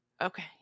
Okay